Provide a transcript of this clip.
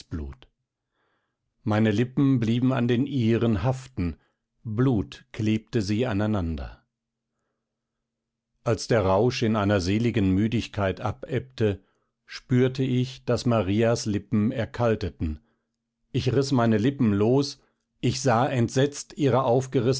meine lippen blieben an den ihren haften blut klebte sie aneinander als der rausch in einer seligen müdigkeit abebbte spürte ich daß maria's lippen erkalteten ich riß meine lippen los ich sah entsetzt ihre